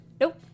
Nope